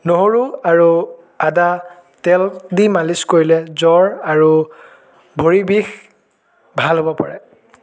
নহৰু আৰু আদা তেল দি মালিচ কৰিলে জ্বৰ আৰু ভৰিৰ বিষ ভাল হ'ব পাৰে